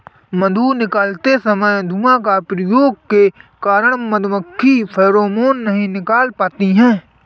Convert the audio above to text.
मधु निकालते समय धुआं का प्रयोग के कारण मधुमक्खी फेरोमोन नहीं निकाल पाती हैं